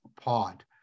pod